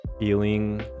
feeling